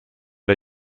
der